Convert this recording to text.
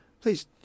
please